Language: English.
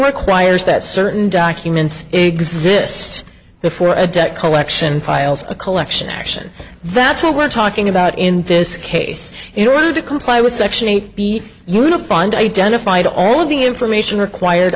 requires that certain documents exist before a debt collection files a collection action that's what we're talking about in this case in order to comply with section eight b unified identified all of the information required